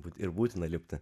būti ir būtina lipti